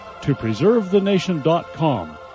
topreservethenation.com